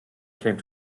came